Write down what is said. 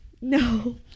no